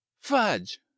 Fudge